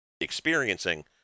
experiencing